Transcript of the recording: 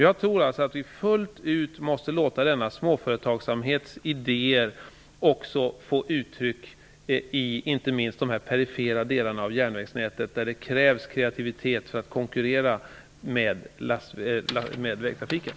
Jag tror att vi fullt ut måste låta denna småföretagsverksamhets idéer också få komma till uttryck i inte minst de perifera delarna av järnvägsnätet. Det krävs kreativitet för konkurrens med vägtrafiken.